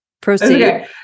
proceed